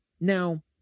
Now